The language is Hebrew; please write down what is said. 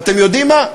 ואתם יודעים מה?